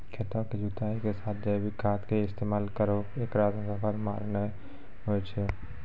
खेतों के जुताई के साथ जैविक खाद के इस्तेमाल करहो ऐकरा से फसल मार नैय होय छै?